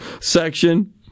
section